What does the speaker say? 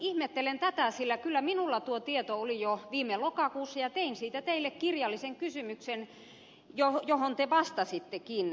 ihmettelen tätä sillä kyllä minulla tuo tieto oli jo viime lokakuussa ja tein siitä teille kirjallisen kysymyksen johon te vastasittekin